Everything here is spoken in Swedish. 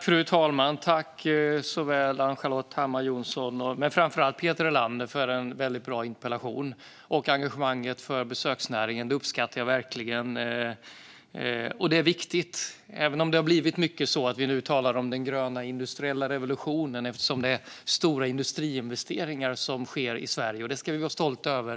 Fru talman! Jag tackar Ann-Charlotte Hammar Johnsson men framför allt Peter Helander för en väldigt bra interpellation. Jag uppskattar verkligen engagemanget för besöksnäringen. Det är viktigt. Det har blivit mycket så att vi talar om den gröna industriella revolutionen eftersom det sker stora industriinvesteringar i Sverige, och det ska vi vara stolta över.